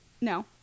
No